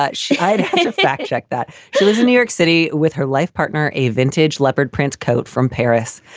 but she fact check that she was in new york city with her life partner, a vintage leopard print coat from paris.